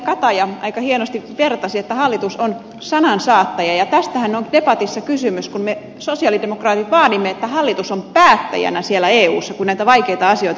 kataja aika hienosti vertasi että hallitus on sanansaattaja ja tästähän on debatissa kysymys kun me sosialidemokraatit vaadimme että hallitus on päättäjänä siellä eussa kun näitä vaikeita asioita ratkaistaan